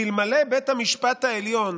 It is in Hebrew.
כי אלמלא בית המשפט העליון